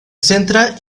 centra